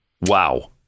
Wow